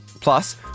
Plus